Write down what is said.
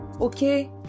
Okay